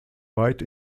weit